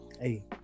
hey